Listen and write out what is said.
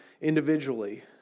individually